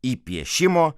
į piešimo